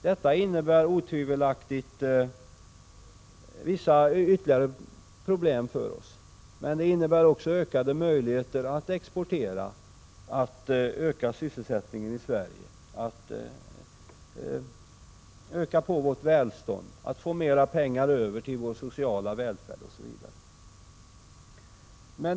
Detta innebär otvivelaktigt vissa ytterligare problem för oss, men det innebär 173 också ökade möjligheter att exportera, att öka sysselsättningen i Sverige, att öka vårt välstånd, att få mera pengar över till vår sociala välfärd osv.